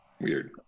weird